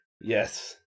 Yes